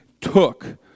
took